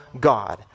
God